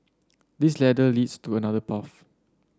this ladder leads to another path